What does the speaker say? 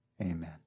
amen